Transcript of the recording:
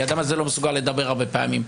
כי האדם הזה לא מסוגל לדבר הרבה פעמים,